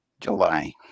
July